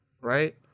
Right